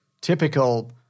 Typical